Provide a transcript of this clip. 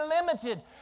limited